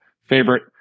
favorite